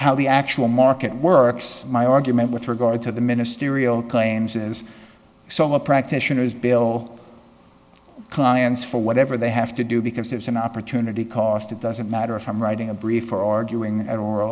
how the actual market works my argument with regard to the ministerial claims is somewhat practitioners bill clients for whatever they have to do because it's an opportunity cost it doesn't matter if i'm writing a brief or arguing